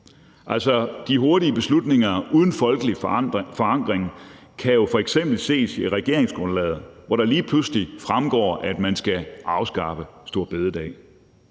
De hurtige beslutninger uden folkelig forankring kan jo f.eks. ses i regeringsgrundlaget, hvor det lige pludselig fremgår, at man skal afskaffe store bededag.